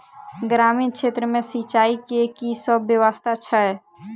ग्रामीण क्षेत्र मे सिंचाई केँ की सब व्यवस्था छै?